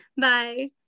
bye